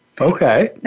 Okay